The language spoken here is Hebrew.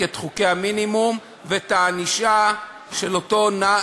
את חוקי המינימום ואת הענישה של אותו נער,